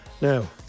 Now